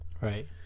Right